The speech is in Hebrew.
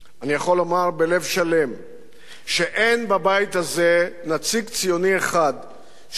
אני יכול לומר בלב שלם שאין בבית הזה נציג ציוני אחד שמוכן